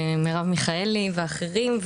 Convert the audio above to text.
ומירב מיכאלי ואחרים.